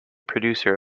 producer